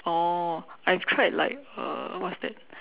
oh I tried like uh what's that